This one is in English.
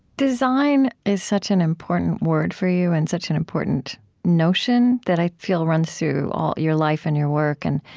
design is such an important word for you and such an important notion that i feel runs through all your life and your work, and,